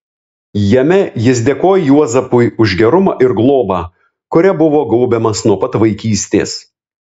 jame jis dėkoja juozapui už gerumą ir globą kuria buvo gaubiamas nuo pat vaikystės